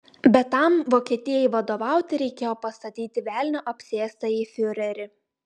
bet tam vokietijai vadovauti reikėjo pastatyti velnio apsėstąjį fiurerį